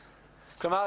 שלום, מה שלומך?